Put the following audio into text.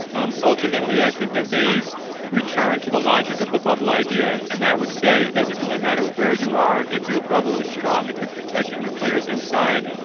um ultimately, i think that they return to the logic of the bubble idea and that would say, does it really matter where you are if your bubble is strong, if you're protecting your players inside?